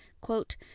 quote